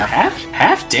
half-half